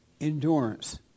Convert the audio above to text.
Endurance